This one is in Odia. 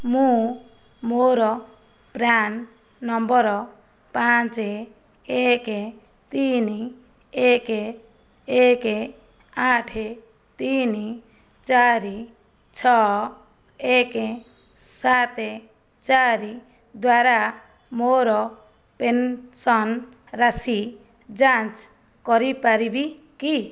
ମୁଁ ମୋର ପ୍ରାନ୍ ନମ୍ବର ପାଞ୍ଚ ଏକ ତିନି ଏକ ଏକ ଆଠ ତିନି ଚାରି ଛଅ ଏକ ସାତ ଚାରି ଦ୍ଵାରା ମୋର ପେନ୍ସନ୍ ରାଶି ଯାଞ୍ଚ କରିପାରିବି କି